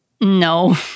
No